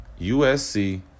USC